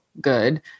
good